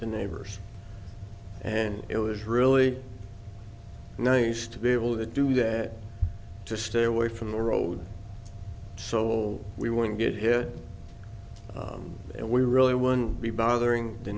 the neighbors and it was really nice to be able to do that to stay away from the road so we wouldn't get here and we really one be bothering the